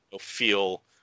feel